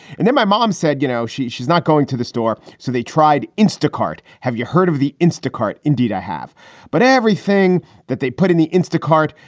and then my mom said, you know, she she's not going to the store. so they tried instacart. have you heard of the instacart? indeed i have but everything that they put in the instacart,